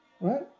Right